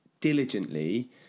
diligently